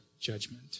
judgment